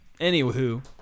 Anywho